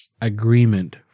agreement